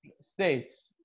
states